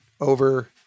over